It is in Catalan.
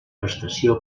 prestació